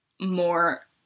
more